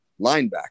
linebacker